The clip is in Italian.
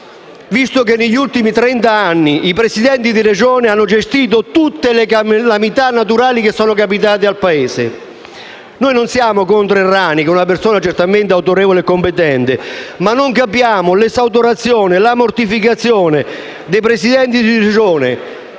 visto che negli ultimi trent'anni i Presidenti di Regione hanno gestito tutte le calamità naturali avvenute nel Paese. Non siamo contro Errani, che è una persona certamente autorevole e competente, ma non capiamo l'esautorazione e la mortificazione dei Presidenti di Regione,